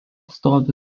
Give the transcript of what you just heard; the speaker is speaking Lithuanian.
stovi